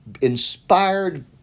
inspired